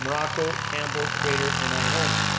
morocco, campbell craitor, and ioannoni.